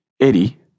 Eddie